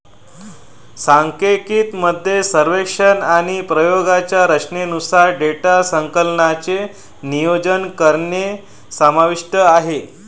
सांख्यिकी मध्ये सर्वेक्षण आणि प्रयोगांच्या रचनेनुसार डेटा संकलनाचे नियोजन करणे समाविष्ट आहे